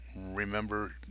remember